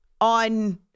on